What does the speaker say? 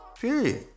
period